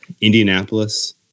Indianapolis